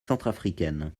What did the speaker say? centrafricaine